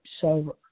sober